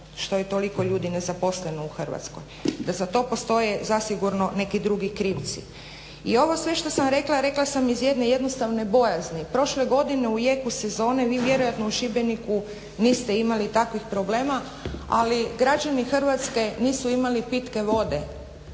što je toliko ljudi nezaposleno u Hrvatskoj, da za to postoje zasigurno neki drugi krivci. I ovo sve što sam rekla, rekla sam iz jedne jednostavne bojazni, prošle godine u jeku sezone vi vjerojatno u Šibeniku niste imali takvih problema, ali građani Hrvatske nisu imali pitke vode,